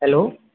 hello